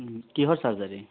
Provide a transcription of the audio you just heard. কিহৰ চাৰ্জাৰী